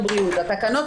התקנות,